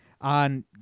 on